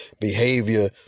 behavior